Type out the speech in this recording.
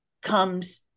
comes